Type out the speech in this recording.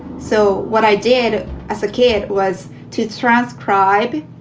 so what i did as a kid was to transcribe,